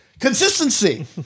consistency